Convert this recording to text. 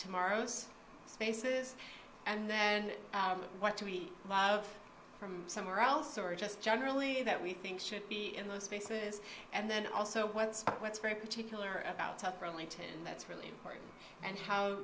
tomorrow's spaces and then what to eat from somewhere else or just generally that we think should be in those spaces and then also what's very particular about tougher only ten that's really important and how